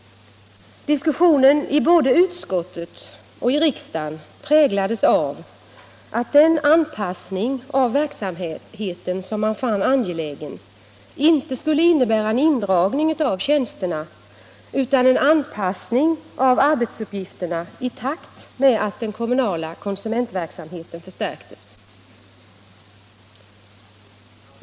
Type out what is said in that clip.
Diskussionen i både utskottet och riksdagen präglades av att den anpassning av verksamheten som man fann angelägen inte skulle innebära en indragning av tjänsterna utan en anpassning av arbetsuppgifterna i takt med att den kommunala konsumentverksamheten förstärktes.